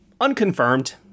unconfirmed